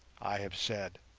i have said